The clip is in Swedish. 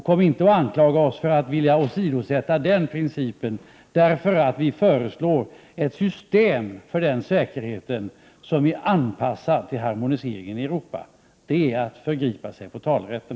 Kom inte och anklaga oss för att vilja åsidosätta den principen när vi föreslår ett system för den säkerhet som är anpassad till harmoniseringen i Europa. Det är att förgripa sig mot talerätten.